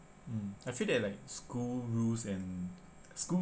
mm I feel that like school rules and school